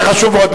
זה חשוב מאוד.